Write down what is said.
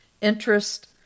interest